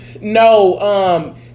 No